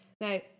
now